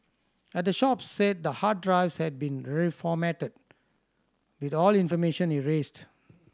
at the shops said the hard drives had been reformatted with all information erased